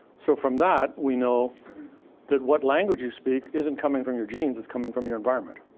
so from that, we know that what language you speak isn't coming from your genes, it's coming from your environment.